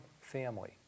family